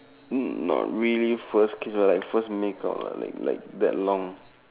mm not really first kiss lah like first make out ah like like that long